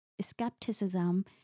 skepticism